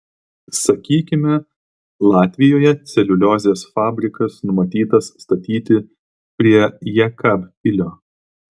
sakykime latvijoje celiuliozės fabrikas numatytas statyti prie jekabpilio